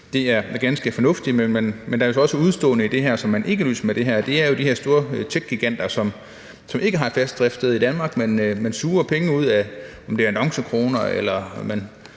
Det er ganske fornuftigt. Men der er jo så også et udestående i det, som man ikke løser med det her, og det er jo de her store tech-giganter, som ikke har et fast driftssted i Danmark, men som suger penge ud, hvad enten det er annoncekroner, eller